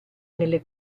nelle